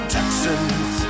Texans